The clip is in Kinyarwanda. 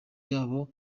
yabo